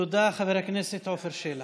תודה, חבר הכנסת עופר שלח.